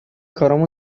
کارامون